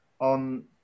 on